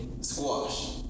Squash